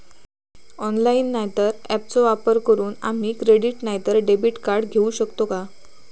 Online नाय तर ऍपचो वापर करून आम्ही क्रेडिट नाय तर डेबिट कार्ड घेऊ शकतो का?